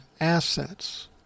assets